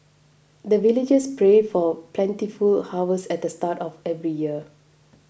the villagers pray for plentiful harvest at the start of every year